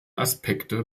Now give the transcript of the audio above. aspekte